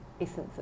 essences